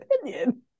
opinion